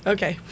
Okay